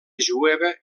jueva